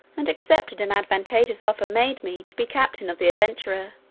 and accepted an advantageous offer made me to be captain of the adventurer,